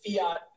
fiat